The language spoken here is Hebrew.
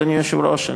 אדוני היושב-ראש,